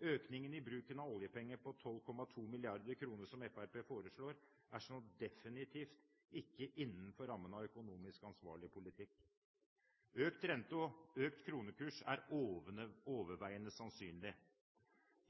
Økningen i bruken av oljepenger på 12,2 mrd. kr, som Fremskrittspartiet forslår, er så definitivt ikke innenfor rammen av økonomisk ansvarlig politikk. Økt rente og økt kronekurs er overveiende sannsynlig.